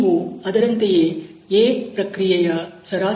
ನೀವು ಅದರಂತೆಯೇ A ಪ್ರಕ್ರಿಯೆಯ ಸರಾಸರಿಯನ್ನು 14